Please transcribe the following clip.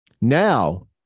now